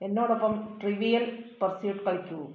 എന്നോടൊപ്പം Trivial Pursuit കളിക്കൂ